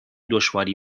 دشواری